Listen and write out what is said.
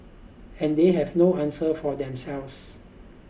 and they have no answer for themselves